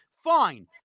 Fine